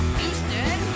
Houston